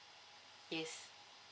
yes